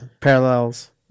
Parallels